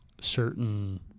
certain